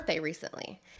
recently